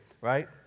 right